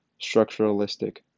Structuralistic